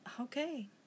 Okay